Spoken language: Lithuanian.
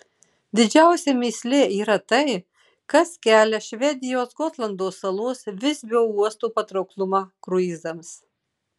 didžiausia mįslė yra tai kas kelia švedijos gotlando salos visbio uosto patrauklumą kruizams